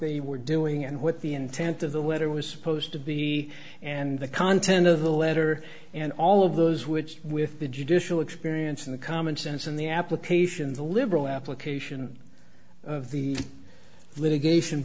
they were doing and what the intent of the weather was supposed to be and the content of the letter and all of those which with the judicial experience and the common sense in the application the liberal application of the litigation